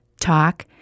talk